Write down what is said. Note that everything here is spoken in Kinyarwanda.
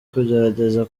kugerageza